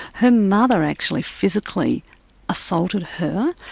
her mother actually physically assaulted her,